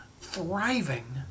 thriving